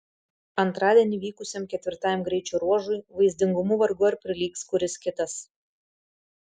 antradienį vykusiam ketvirtajam greičio ruožui vaizdingumu vargu ar prilygs kuris kitas